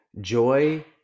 joy